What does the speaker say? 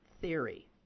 theory